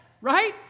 right